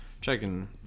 checking